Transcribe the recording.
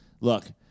look